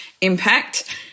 impact